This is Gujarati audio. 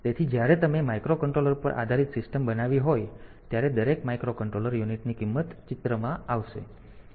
તેથી જ્યારે તમે માઇક્રોકન્ટ્રોલર પર આધારિત સિસ્ટમ બનાવી હોય ત્યારે દરેક માઇક્રોકન્ટ્રોલર યુનિટની કિંમત ચિત્રમાં આવશે